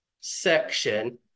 section